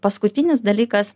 paskutinis dalykas